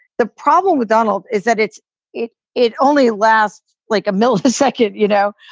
the problem with donald is that it's it it only lasts like a millisecond, you know.